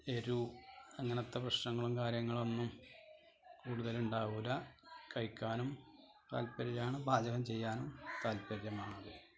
എരിവ് അങ്ങനത്തെ പ്രശ്നങ്ങളും കാര്യങ്ങളൊന്നും കൂടുതൽ ഉണ്ടാവില്ല കഴിക്കാനും താൽപര്യമാണ് പാചകം ചെയ്യാനും താൽപര്യമാണ്